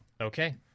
Okay